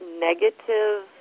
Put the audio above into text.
negative